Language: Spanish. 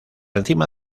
encima